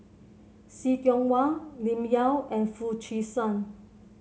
See Tiong Wah Lim Yau and Foo Chee San